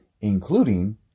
including